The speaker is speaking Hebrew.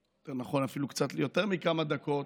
יותר נכון אפילו קצת יותר מכמה דקות,